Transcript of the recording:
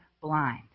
blind